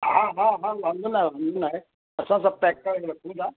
हा हा हा वांधो न आहे हुन में वांधो न आहे असां सभु पैक करे रखूं था